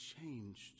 changed